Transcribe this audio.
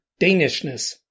Danishness